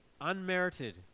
unmerited